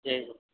جی